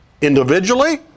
individually